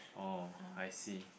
oh I see